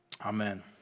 Amen